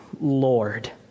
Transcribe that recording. Lord